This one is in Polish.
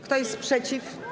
Kto jest przeciw?